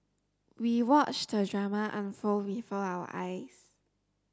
we watched the drama unfold before our eyes